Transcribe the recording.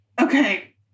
okay